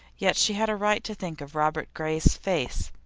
yet she had a right to think of robert gray's face,